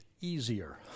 easier